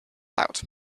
out